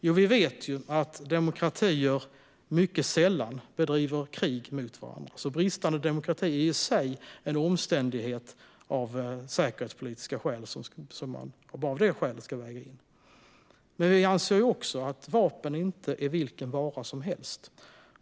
Jo, vi vet att demokratier mycket sällan bedriver krig mot varandra. Bristande demokrati i sig är en omständighet som man ska lägga in i avvägningen av säkerhetspolitiska skäl. Men vi anser också att vapen inte är vilken vara som helst.